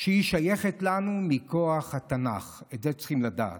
ששייכת לנו מכוח התנ"ך, את זה צריכים לדעת,